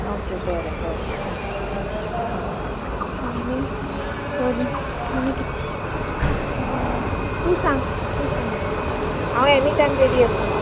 okay बरें बरें हा हा हा आनी आनी आनी किद् तूं सांग तूं सांग हांव एनी टायम रेडी आसा